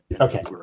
Okay